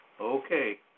Okay